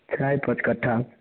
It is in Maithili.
छै पाँच कट्ठा